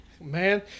Man